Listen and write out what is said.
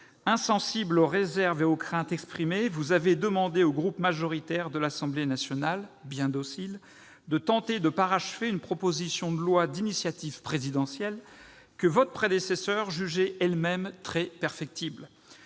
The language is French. insensible aux réserves et craintes exprimées, vous avez demandé au groupe majoritaire de l'Assemblée nationale, bien docile, de tenter de parachever une proposition de loi d'initiative présidentielle que votre prédécesseur elle-même jugeait très perfectible.